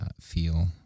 feel